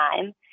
time